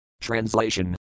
Translation